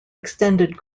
extended